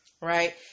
right